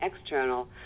external